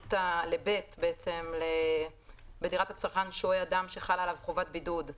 ל-(ב) "בדירת הצרכן שוהה אדם שחלה עליו חובת בידוד",